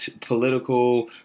political